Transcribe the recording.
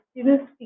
students